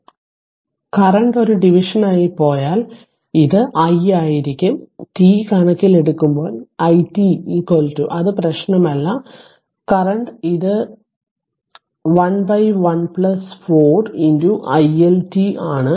അതിനാൽ കറന്റ് ഒരു ഡിവിഷനായി പോയാൽ ഇത് I ആയിരിക്കും t കണക്കിലെടുക്കുമ്പോൾ i t അത് പ്രശ്നമല്ല കറന്റ് ഇത് 11 4 i L t ആണ്